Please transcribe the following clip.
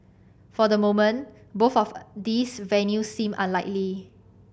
for the moment both of these venues seem unlikely